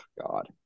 God